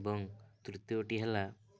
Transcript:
ଏବଂ ତୃତୀୟଟି ହେଲା